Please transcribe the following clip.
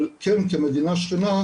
אבל כן כמדינה שכנה,